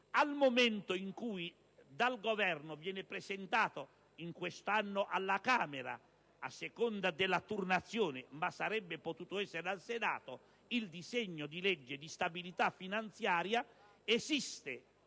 nel momento in cui dal Governo viene presentato - quest'anno alla Camera, a causa della turnazione, ma avrebbe potuto essere al Senato - il disegno di legge di stabilità finanziaria, esiste